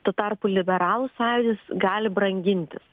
tuo tarpu liberalų sąjūdis gali brangintis